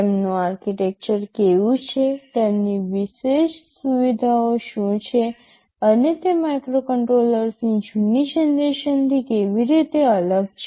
તેમનું આર્કિટેક્ચર કેવું છે તેમની વિશેષ સુવિધાઓ શું છે અને તે માઇક્રોકન્ટ્રોલર્સની જૂની જનરેશનથી કેવી રીતે અલગ છે